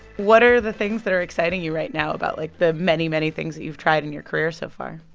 what are the things that are exciting you right now about, like, the many, many things that you've tried in your career so far?